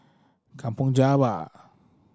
Kampong Java